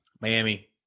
Miami